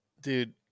dude